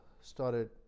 started